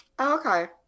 okay